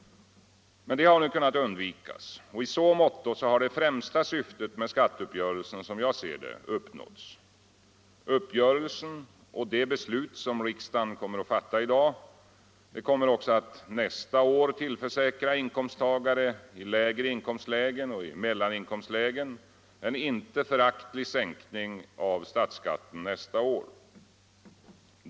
Men det har vi kunnat undvika. I så måtto har det främsta syftet med skatteuppgörelsen, som jag ser det, uppnåtts. Uppgörelsen och det beslut som riksdagen kommer att fatta i dag kommer också att nästa år tillförsäkra inkomsttagare i lägre inkomstlägen och mellaninkomstlägen en inte föraktlig sänkning av statsskatten nästa år.